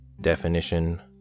Definition